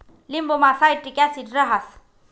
लिंबुमा citric acid रहास